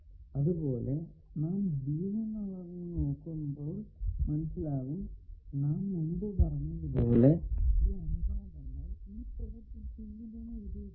അതുപോലെ നാം അളന്നു നോക്കുമ്പോൾ മനസ്സിലാകും നാം മുമ്പ് പറഞ്ഞത് പോലെ ഈ അനുപാതങ്ങൾ ഈ പോർട്ട് 2 ലും എഴുതിയിട്ടുണ്ട്